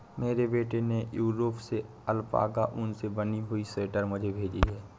मेरे बेटे ने यूरोप से अल्पाका ऊन से बनी हुई स्वेटर मुझे भेजी है